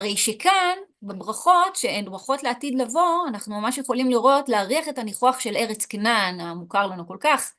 ראי שכאן, בברכות, שהן ברכות לעתיד לבוא, אנחנו ממש יכולים לראות, להריח את הניחוח של ארץ קנען, המוכר לנו כל כך.